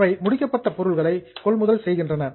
அவை முடிக்கப்பட்ட பொருட்களை கொள்முதல் செய்கின்றன